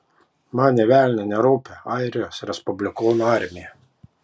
man nė velnio nerūpi airijos respublikonų armija